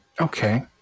Okay